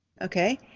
okay